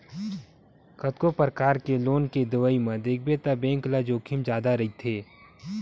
कतको परकार के लोन के देवई म देखबे त बेंक ल जोखिम जादा रहिथे